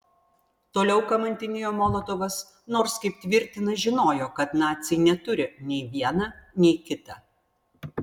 toliau kamantinėjo molotovas nors kaip tvirtina žinojo kad naciai neturi nei viena nei kita